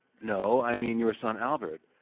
no, i mean your son albert.